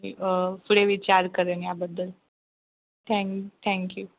मी पुढे विचार करेन याबद्दल थँक थँक्यू